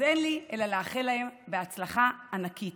אז אין לי אלא לאחל להם הצלחה ענקית,